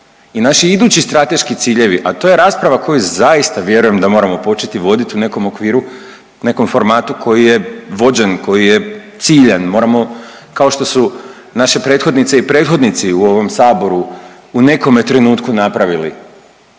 I naši idući strateški ciljevi, a to je rasprava koju zaista vjerujem da moramo početi voditi u nekom okviru, nekom formatu koji je vođen, koji je ciljan, moramo kao što su naše prethodnice i prethodnici u ovom saboru u nekome trenutku napravili